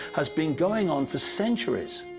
has been going on for centuries.